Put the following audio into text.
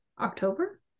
October